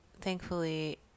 thankfully